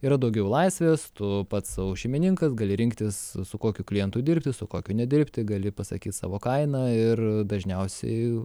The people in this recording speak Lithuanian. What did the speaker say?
yra daugiau laisvės tu pats sau šeimininkas gali rinktis su kokiu klientu dirbti su kokiu nedirbti gali pasakyt savo kainą ir dažniausiai